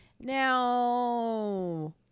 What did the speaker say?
Now